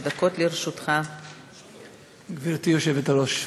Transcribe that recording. גברתי היושבת-ראש,